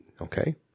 Okay